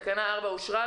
תקנה 4 אושרה.